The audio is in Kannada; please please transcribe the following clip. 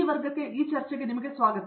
ಈ ವರ್ಗಕ್ಕೆ ಚರ್ಚೆಗೆ ಸ್ವಾಗತ